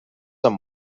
amb